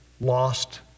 lost